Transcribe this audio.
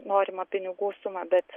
norimą pinigų sumą bet